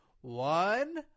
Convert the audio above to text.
One